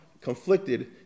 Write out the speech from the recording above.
conflicted